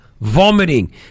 vomiting